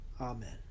Amen